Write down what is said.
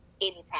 anytime